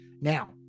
Now